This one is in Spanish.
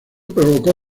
provocó